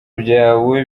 byawe